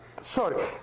Sorry